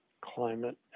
climate